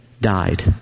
died